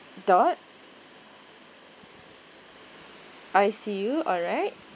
dot I C U alright